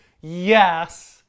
yes